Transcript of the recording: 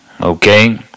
Okay